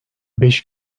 beş